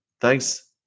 Thanks